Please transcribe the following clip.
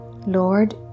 Lord